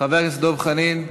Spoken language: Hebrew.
חבר הכנסת דב חנין,